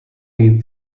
need